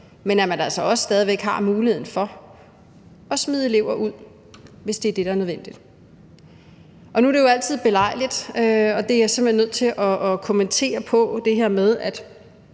men at man altså også stadig væk har muligheden for at smide elever ud, hvis det er det, der er nødvendigt. Og nu er det jo altid belejligt, og det er jeg simpelt hen nødt til at kommentere på, at